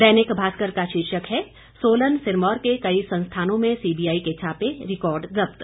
दैनिक भास्कर का शीर्षक है सोलन सिरमौर के कई संस्थानों में सीबीआई के छापे रिकॉर्ड जब्त